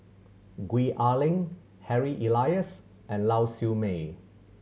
Gwee Ah Leng Harry Elias and Lau Siew Mei